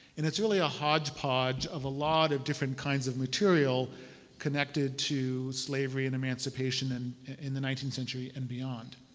and it's really a hodgepodge of a lot of different kinds of materials connected to slavery and emancipation and in the nineteenth century and beyond.